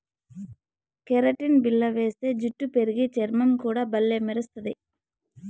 keratin బిల్ల వేస్తే జుట్టు పెరిగి, చర్మం కూడా బల్లే మెరస్తది